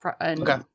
Okay